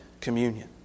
communion